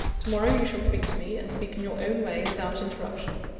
to-morrow, you shall speak to me and speak in your own way, without interruption.